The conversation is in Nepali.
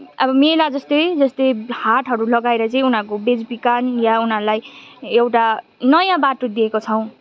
अब मेला जस्तै जस्तै हाटहरू लगाएर चाहिँ उनीहरूको बेचबिखन या उनीहरूलाई एउटा नयाँ बाटो दिएको छौँ